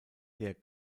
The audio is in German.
der